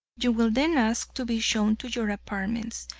you will then ask to be shown to your apartments,